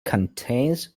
contains